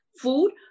food